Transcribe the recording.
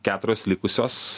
keturios likusios